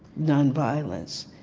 nonviolence.